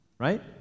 Right